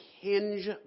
hinge